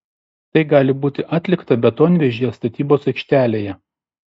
tai gali būti atlikta betonvežyje statybos aikštelėje